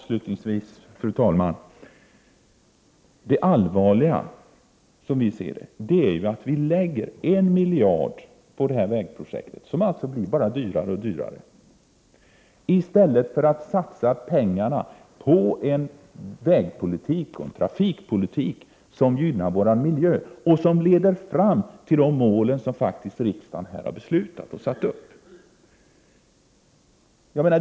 Fru talman! Avslutningsvis: Det allvarliga, som vi ser det, är att vi lägger ut 1 miljard på detta vägprojekt, som blir dyrare och dyrare, i stället för att satsa pengarna på en vägpolitik och trafikpolitik som gynnar vår miljö och som leder fram till de mål som riksdagen satt upp och beslutat om.